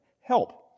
help